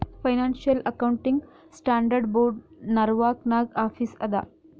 financial accounting standard board Norwalk ನಾಗ್ office ಅದಾ